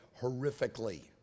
horrifically